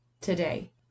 today